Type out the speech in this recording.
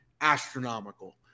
astronomical